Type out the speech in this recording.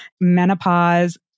Menopause